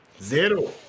zero